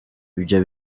ibyo